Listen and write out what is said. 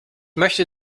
möchte